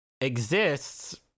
exists